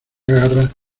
agarra